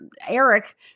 Eric